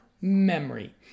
memory